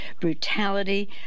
brutality